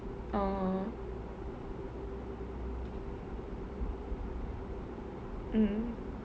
orh mm